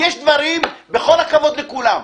בכל הכבוד לכולם,